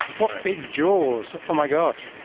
what big jaws! oh my gosh!